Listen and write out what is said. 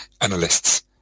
Analysts